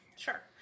Sure